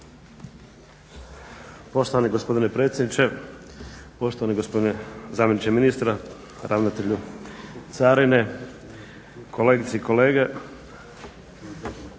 Poštovani gospodine predsjedniče, poštovani gospodine zamjeniče ministra, ravnatelju carine, kolegice i kolege.